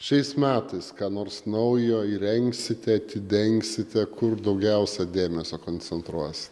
šiais metais ką nors naujo įrengsite atidengsite kur daugiausia dėmesio koncentruos